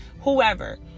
whoever